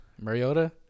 Mariota